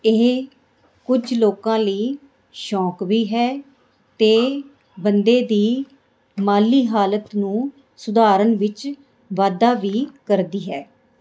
ਇਹ ਕੁਝ ਲੋਕਾਂ ਲਈ ਸ਼ੌਕ ਵੀ ਹੈ ਅਤੇ ਬੰਦੇ ਦੀ ਮਾਲੀ ਹਾਲਤ ਨੂੰ ਸੁਧਾਰਨ ਵਿੱਚ ਵਾਧਾ ਵੀ ਕਰਦੀ ਹੈ